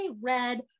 red